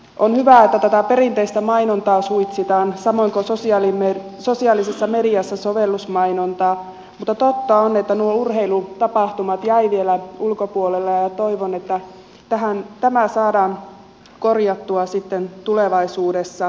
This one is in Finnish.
on hyvä että tätä perinteistä mainontaa suitsitaan samoin kuin sovellusmainontaa sosiaalisessa mediassa mutta totta on että nuo urheilutapahtumat jäivät vielä ulkopuolelle ja toivon että tämä saadaan korjattua sitten tulevaisuudessa